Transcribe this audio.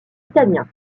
italiens